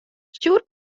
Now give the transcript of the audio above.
stjoer